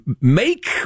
make